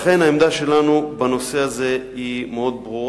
לכן, העמדה שלנו בנושא הזה ברורה מאוד.